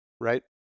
right